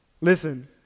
listen